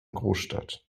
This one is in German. großstadt